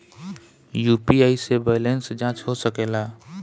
UPI से balance जाँच हो सके ला?